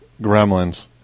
gremlins